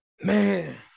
Man